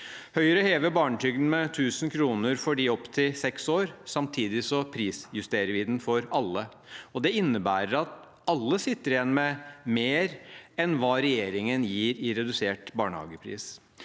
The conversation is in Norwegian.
Høyre hever barnetrygden med 1 000 kr for dem opp til seks år. Samtidig prisjusterer vi den for alle. Det innebærer at alle sitter igjen med mer enn hva regjeringen gir i redusert barnehagepris.